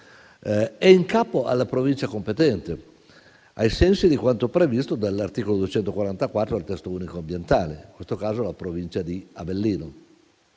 è in capo alla Provincia competente, ai sensi di quanto previsto dall'articolo 244 del testo unico ambientale, in questo caso la Provincia di Avellino.